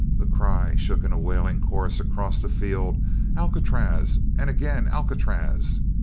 the cry shook in a wailing chorus across the field alcatraz! and again alcatraz!